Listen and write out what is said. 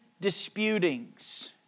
disputings